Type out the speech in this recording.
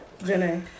Janae